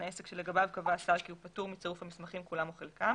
עסק שלגביו קבע השר כי הוא פטור מצירוף המסמכים כולם או חלקם".